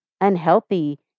unhealthy